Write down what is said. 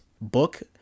book